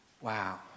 Wow